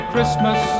Christmas